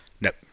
Nope